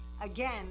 Again